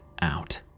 out